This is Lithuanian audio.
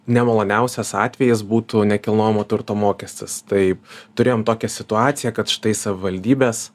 nemaloniausias atvejis būtų nekilnojamo turto mokestis tai turėjom tokią situaciją kad štai savivaldybės